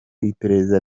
iperereza